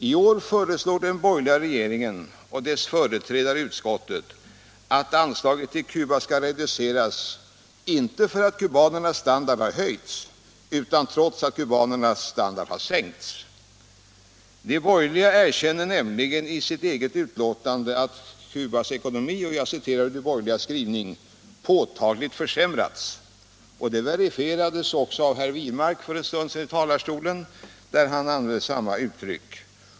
I år föreslår den borgerliga regeringen och dess företrädare i utskottet att anslaget till Cuba skall reduceras inte för att kubanernas standard har höjts, utan nu skall det minskas trots att kubanernas standard har sänkts! De borgerliga erkänner nämligen i sitt betänkande att Cubas ekonomi ”påtagligt försämrats”. Detta verifierades också för en stund sedan av herr Wirmark i talarstolen där han använde samma uttryck.